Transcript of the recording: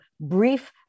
brief